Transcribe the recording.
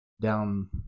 down